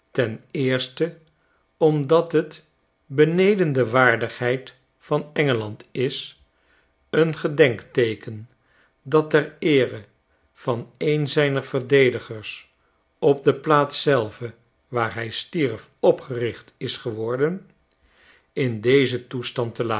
ten eerste omdat het beneden de waardigheid van engeland is een gedenkteeken dat ter eere van een zijner verdedigers op de plaats zelve waar hij stierf opgericht is geworden in dezen toestand te laten